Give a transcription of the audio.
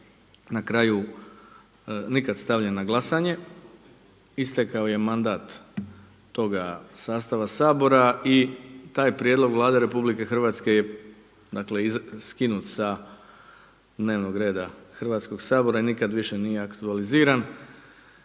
na kraju nikada stavljen na glasanje. Istekao je mandat toga sastava Sabora i taj prijedlog Vlade Republike Hrvatske je dakle skinut sa dnevnoga reda Hrvatskoga sabora i nikada više nije aktualiziran.